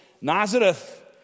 Nazareth